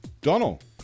Donald